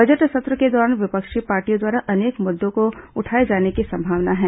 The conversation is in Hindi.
बजट सत्र के दौरान विपक्षी पार्टियों द्वारा अनेक मुद्दों को उठाए जाने की संभावना है